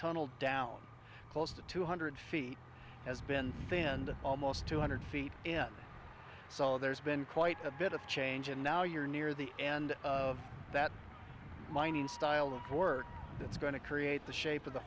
tunnel down close to two hundred feet has been thinned almost two hundred feet in saul there's been quite a bit of change and now you're near the end of that mining style of work that's going to create the shape of the